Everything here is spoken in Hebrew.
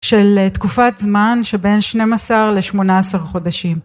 של תקופת זמן שבין 12 לשמונה עשר חודשים